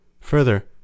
Further